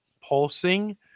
pulsing